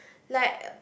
like